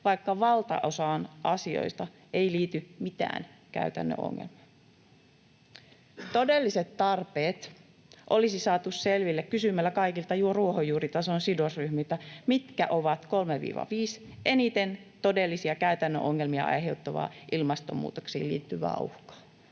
vaikka valtaosaan asioista ei liity mitään käytännön ongelmaa. Todelliset tarpeet olisi saatu selville kysymällä kaikilta ruohonjuuritason sidosryhmiltä, mitkä ovat kolme—viisi eniten todellisia käytännön ongelmia aiheuttavaa ilmastonmuutokseen liittyvää uhkaa,